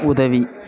உதவி